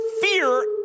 Fear